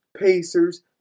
Pacers